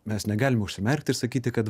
mes negalime užsimerkti ir sakyti kad